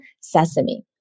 Sesame